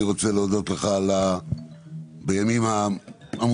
אני רוצה להודות לך על כך שבימים העמוסים